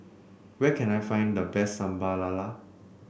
where can I find the best Sambal Lala